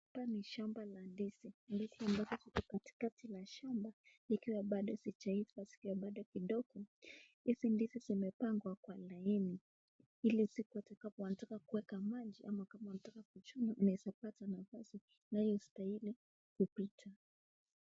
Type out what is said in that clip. Hapa ni shamba la ndizi, ndizi hizi ziko katikati ya shamba ,zikiwa bado hazijaiva, zikiwa bado kidogo, hizi ndizi zimepangwa kwa laini ,ili ile siku wataka kuweka maji ama wanataka kuchuna, unaweza pata mazao unayostahili kupata.